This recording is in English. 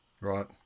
Right